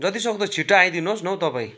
जति सक्दो छिट्टो आइदिनुहोस् न हौ तपाईँ